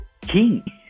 king